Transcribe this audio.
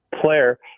player